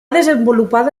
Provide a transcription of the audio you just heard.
desenvolupada